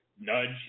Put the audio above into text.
nudge